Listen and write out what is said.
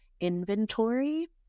inventory